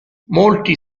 molti